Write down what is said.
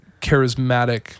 charismatic